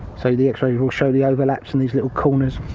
so the x-ray will show the overlaps in these little corners.